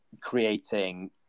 creating